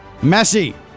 Messi